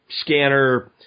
scanner